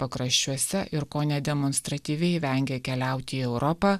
pakraščiuose ir kone demonstratyviai vengė keliauti į europą